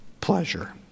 pleasure